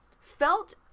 felt